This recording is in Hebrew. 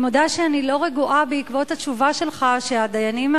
אני מודה שאני לא רגועה בעקבות התשובה שלך שהדיינים